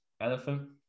Elephant